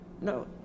No